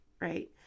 right